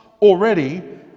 already